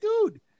dude